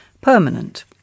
permanent